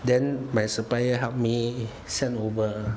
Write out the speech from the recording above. then my supplier help me send over